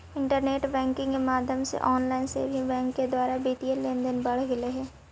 internet banking के माध्यम से ऑनलाइन सेविंग बैंक के द्वारा वित्तीय लेनदेन बढ़ गेले हइ